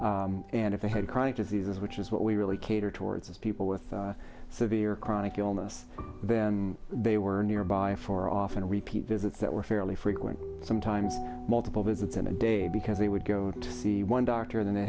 care and if they had chronic diseases which is what we really cater towards people with severe chronic illness they were nearby for often repeat visits that were fairly frequent sometimes multiple visits in a day because they would go to see one doctor then they